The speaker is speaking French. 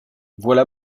voilà